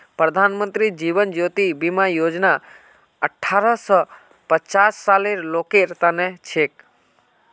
प्रधानमंत्री जीवन ज्योति बीमा योजना अठ्ठारह स पचास सालेर लोगेर तने छिके